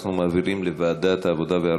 אנחנו מעבירים את הנושא לוועדת העבודה והרווחה.